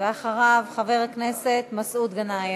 ואחריו, חבר הכנסת מסעוד גנאים.